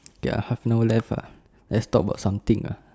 okay ah have no left ah let's talk about something ah